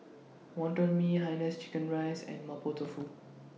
Wonton Mee Hainanese Chicken Rice and Mapo Tofu